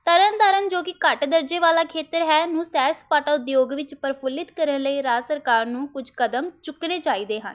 ਤਰਨ ਤਾਰਨ ਜੋ ਕਿ ਘੱਟ ਦਰਜੇ ਵਾਲਾ ਖੇਤਰ ਹੈ ਨੂੰ ਸੈਰ ਸਪਾਟਾ ਉਦਯੋਗ ਵਿੱਚ ਪ੍ਰਫੁੱਲਿਤ ਕਰਨ ਲਈ ਰਾਜ ਸਰਕਾਰ ਨੂੰ ਕੁਝ ਕਦਮ ਚੁੱਕਣੇ ਚਾਹੀਦੇ ਹਨ